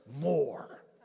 more